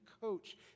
coach